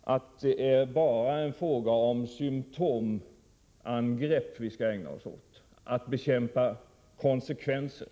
att vi bara skall ägna oss åt symptomangrepp och åt att bekämpa konsekvenser.